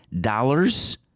dollars